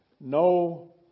no